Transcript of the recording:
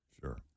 Sure